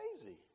crazy